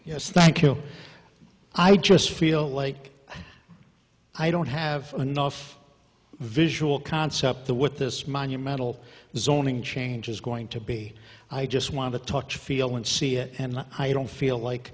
yes thank you i just feel like i don't have enough visual concept the what this monumental zoning change is going to be i just want to talk feel and see it and i don't feel like